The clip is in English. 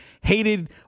Hated